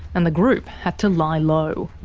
and the group had to lie low.